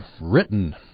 written